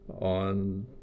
on